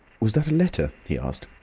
was that a letter? he asked.